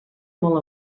molt